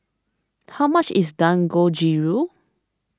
how much is Dangojiru